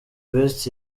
best